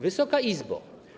Wysoka Izbo!